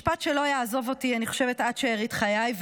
משפט שלא יעזוב אותי עד שארית חיי.